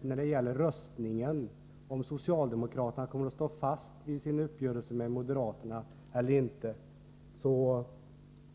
När det gäller om socialdemokraterna kommer att stå fast vid sin uppgörelse med moderaterna eller inte säger han